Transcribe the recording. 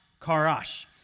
karash